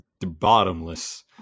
bottomless